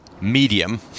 medium